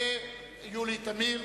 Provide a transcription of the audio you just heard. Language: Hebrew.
אופיר פינס-פז ויולי תמיר,